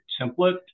template